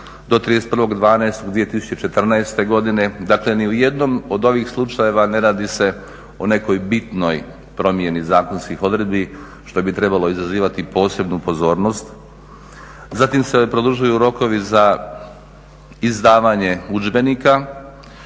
do 31.12.2014. godine. Dakle ni u jednom od ovih slučajeva ne radi se o nekoj bitnoj promjeni zakonskih odredbi što bi trebalo izazivati posebnu pozornost. Zatim se produžuju rokovi za izdavanje udžbenika,